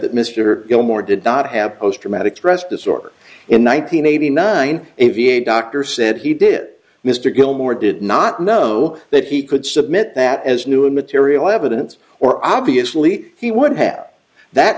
that mr gilmore did not have post traumatic stress disorder in one thousand eighty nine a v a doctor said he did mr gilmore did not know that he could submit that as new material evidence or obviously he would have that